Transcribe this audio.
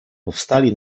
powstali